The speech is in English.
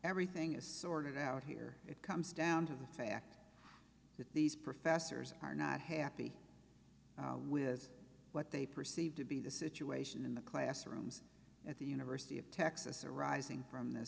everything is sorted out here it comes down to the fact that these professors are not happy with what they perceive to be the situation in the classrooms at the university of texas arising from th